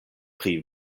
pri